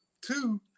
two